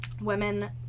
women